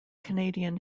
canadian